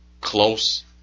close